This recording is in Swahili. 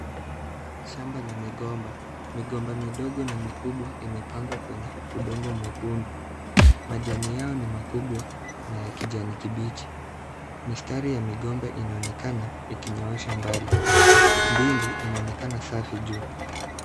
Shamba la migomba ,migomba midogo na mikubwa imepangwa kwenye udongo mwekundu . Majani yao ni makubwa na ya kijani kibichi . Mistari ya migomba inaonekana ikinyoosha mbali . Mbingu inaonekana safi juu.